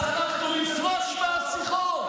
אז אנחנו נפרוש מהשיחות,